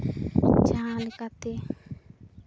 ᱡᱟᱦᱟᱸ ᱞᱮᱠᱟᱛᱮ